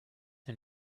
and